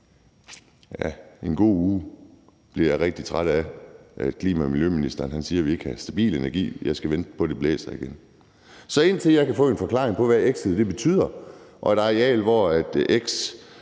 af en god uge. Jeg bliver rigtig træt af, at klima-, energi- og forsyningsministeren siger, at vi ikke kan have stabil energi, og at jeg skal vente på, at det blæser igen. Så indtil jeg kan få en forklaring på, hvad ptx betyder, og hvorfor